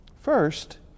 First